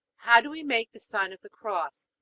how do we make the sign of the cross?